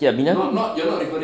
okay bini aku